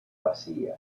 vacía